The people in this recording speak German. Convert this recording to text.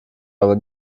aber